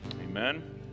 amen